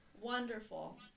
Wonderful